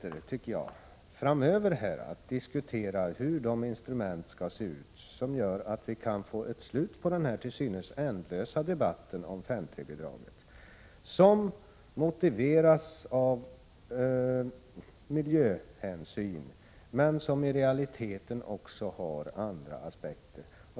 Det borde, tycker jag, finnas möjligheter framöver att diskutera hur de instrument skall se ut som kan göra att vi får slut på den här till synes ändlösa debatten om 5:3-bidraget, som motiveras av miljöhänsyn men som i verkligheten också har andra aspekter.